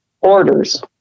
orders